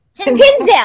Tinsdale